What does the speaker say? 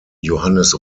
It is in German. johannes